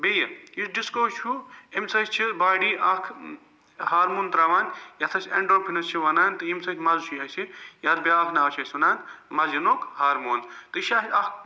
بیٚیہِ یُس ڈِسکو چھُ اَمہِ سۭتۍ چھِ باڑی اَکھ ہارمون ترٛاوان یَتھ أسۍ ایٚنٛڈورفِنٕز چھِ وَنان تہٕ ییٚمہِ سۭتۍ مَزٕ چھُ اسہِ یَتھ بیٛاکھ ناو چھُ أسۍ وَنان مجنوک ہارمون تہٕ یہِ چھُ اسہِ اَکھ